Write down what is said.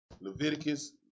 Leviticus